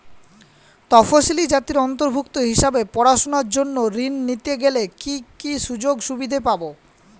তফসিলি জাতির অন্তর্ভুক্ত হিসাবে পড়াশুনার জন্য ঋণ নিতে গেলে কী কী সুযোগ সুবিধে পাব?